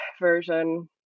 version